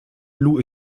lou